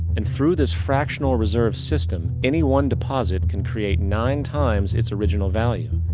and through this fractional reserve system, any one deposit can create nine times its original value.